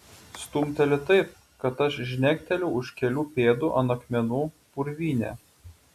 stumteli taip kad aš žnekteliu už kelių pėdų ant akmenų purvyne